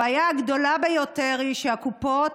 הבעיה הגדולה ביותר היא שהקופות,